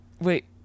Wait